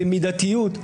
במידתיות.